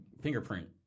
fingerprint